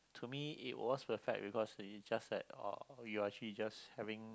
to me it was the fact because just that oh you are actually just having